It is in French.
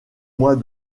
mois